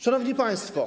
Szanowni Państwo!